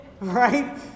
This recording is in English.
right